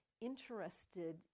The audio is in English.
interested